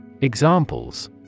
Examples